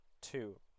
two